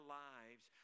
lives